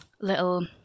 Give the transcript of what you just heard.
little